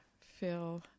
feel